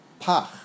pach